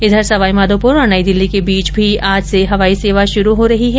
इधर सवाईमाघोप्र और नई दिल्ली के बीच भी आज से हवाई सेवा शुरू हो रही है